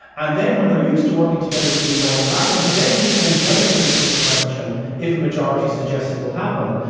and then when they're used to working together within northern ireland, then we can delicately put the question, if a majority suggests it will happen,